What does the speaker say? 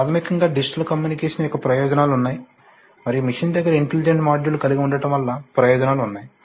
ప్రాథమికంగా digital communication యొక్క ప్రయోజనాలు ఉన్నాయి మరియు మెషిన్ దగ్గర ఇంటెలిజెంట్ మాడ్యూల్ కలిగి ఉండటం వల్ల ప్రయోజనాలు ఉన్నాయి